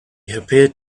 appeared